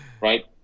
right